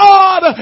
God